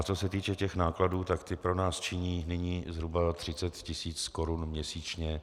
Co se týče těch nákladů, tak ty pro nás činí nyní zhruba 30 tisíc korun měsíčně.